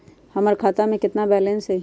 हमर खाता में केतना बैलेंस हई?